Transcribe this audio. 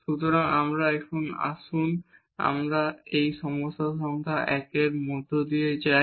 সুতরাং এখন আসুন আমরা এই সমস্যা সংখ্যা 1 এর মধ্য দিয়ে যাই